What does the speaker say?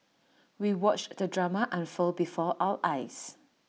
we watched the drama unfold before our eyes